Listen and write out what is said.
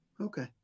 Okay